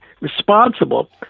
responsible